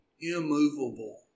immovable